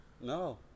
No